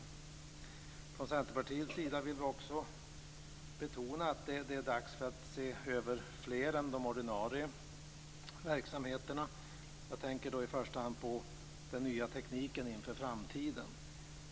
Vi från Centerpartiet vill betona att det är dags att se över fler än de ordinarie verksamheterna. Jag tänker då i första hand på den nya tekniken inför framtiden.